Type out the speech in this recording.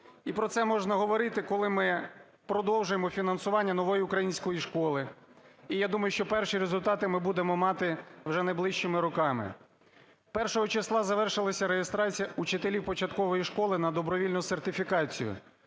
І про це можна говорити, коли ми продовжуємо фінансування "Нової української школи". І я думаю, що перші результати ми будемо мати вже найближчими роками. Першого числа завершилася реєстрація учителів початкової школи на добровільну сертифікацію.